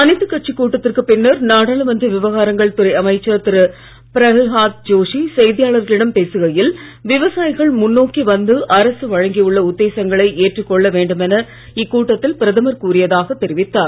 அனைத்துக் கட்சி கட்டத்திற்கு பின்னர் நாடாளுமன்ற விவகாரங்கள் துறை அமைச்சர் திரு பிரல்ஹாத் ஜோஷி செய்தியாளர்களிடம் பேசுகையில் விவசாயிகள் முன்னோக்கி வந்து அரசு வழங்கி உள்ள உத்தேசங்களை ஏற்றுக் கொள்ள வேண்டுமென இக்கூட்டத்தில் பிரதமர் கூறியதாகத் தெரிவித்தார்